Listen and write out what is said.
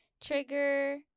trigger